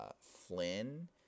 Flynn